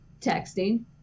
Texting